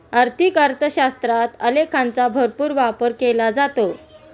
आर्थिक अर्थशास्त्रात आलेखांचा भरपूर वापर केला जातो